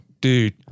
Dude